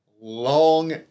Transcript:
long